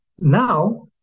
now